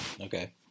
Okay